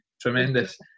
Tremendous